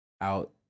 out